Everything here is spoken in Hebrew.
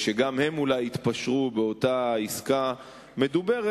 שגם הם אולי יתפשרו באותה עסקה מדוברת,